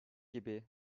gibi